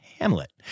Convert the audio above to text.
hamlet